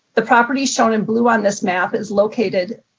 the property shown in blue on this map is located,